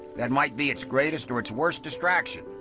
that might be its greatest or its worst distraction,